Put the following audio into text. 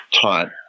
taught